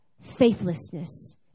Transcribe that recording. faithlessness